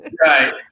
Right